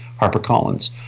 HarperCollins